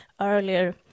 earlier